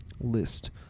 list